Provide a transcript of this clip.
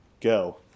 go